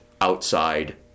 outside